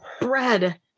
bread